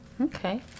Okay